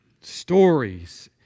stories